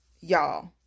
y'all